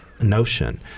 notion